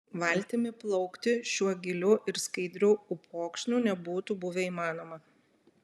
valtimi plaukti šiuo giliu ir skaidriu upokšniu nebūtų buvę įmanoma